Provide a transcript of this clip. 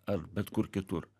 ar bet kur kitur